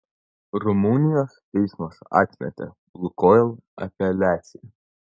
rumunijos teismas atmetė lukoil apeliaciją